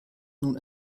nun